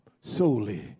solely